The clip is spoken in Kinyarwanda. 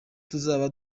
tuzaba